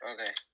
Okay